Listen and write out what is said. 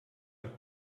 mal